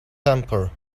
temper